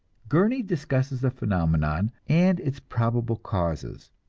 gurney discusses the phenomenon and its probable causes.